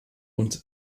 und